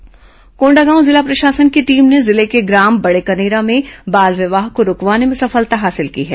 बाल विवाह रोक कॉडागांव जिला प्रशासन की टीम ने जिले के ग्राम बड़ेकनेरा में बाल विवाह को रूकवाने में सफलता हासिल की है